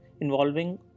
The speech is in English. involving